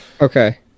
Okay